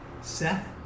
Seth